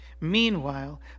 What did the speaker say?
Meanwhile